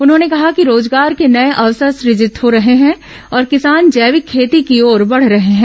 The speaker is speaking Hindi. उन्होंने कहा कि रोजगार के नये अवसर सृजित हो रहे हैं और किसान जैविक खेती की ओर बढ़ रहे हैं